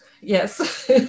yes